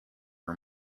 her